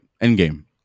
Endgame